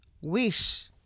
wish